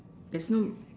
there's no